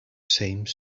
same